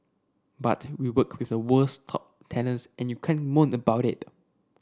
but we work with the world's top talents and you can't moan about it